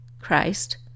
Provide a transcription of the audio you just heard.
Christ